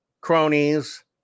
cronies